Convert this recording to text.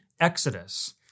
Exodus